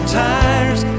tires